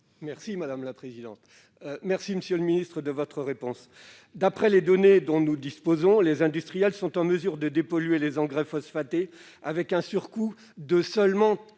réplique. Je vous remercie, monsieur le ministre, de votre réponse. D'après les données dont nous disposons, les industriels sont en mesure de dépolluer les engrais phosphatés pour un surcoût évalué à seulement